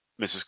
Mrs